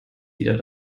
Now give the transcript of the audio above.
wieder